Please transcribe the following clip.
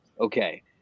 Okay